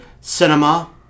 cinema